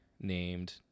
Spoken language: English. named